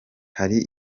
hari